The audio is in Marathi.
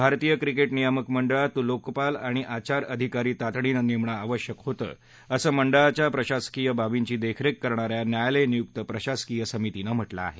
भारतीय क्रिकेट नियामक मंडळात लोकपाल आणि आचार अधिकारी तातडीनं नेमणं आवश्यक होतं असं मंडळाच्या प्रशासकीय बाबींची देखरेख करणाऱ्या न्यायालयनियुक्त प्रशासकीय समितीनं म्हटलं आहे